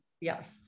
Yes